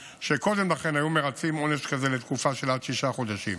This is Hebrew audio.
שקודם לכן היו מרצים עונש כזה לתקופה של עד שישה חודשים,